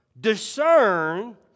discern